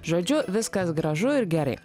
žodžiu viskas gražu ir gerai